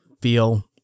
feel